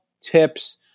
tips